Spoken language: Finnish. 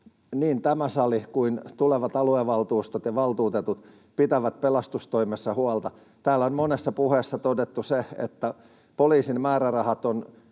niin tämä sali kuin tulevat aluevaltuustot ja ‑valtuutetut pitävät pelastustoimesta huolta. Täällä on monessa puheessa todettu se, että poliisin määrärahat on